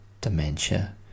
dementia